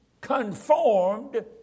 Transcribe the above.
conformed